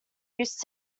use